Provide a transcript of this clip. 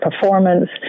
performance